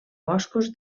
boscos